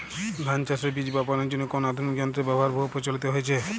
ধান চাষের বীজ বাপনের জন্য কোন আধুনিক যন্ত্রের ব্যাবহার বহু প্রচলিত হয়েছে?